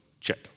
Check